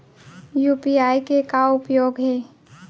UPI के का उपयोग हे?